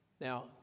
Now